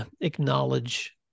acknowledge